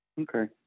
Okay